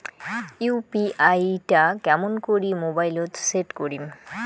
UPI টা কেমন করি মোবাইলত সেট করিম?